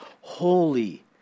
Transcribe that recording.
holy